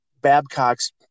Babcock's